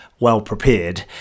well-prepared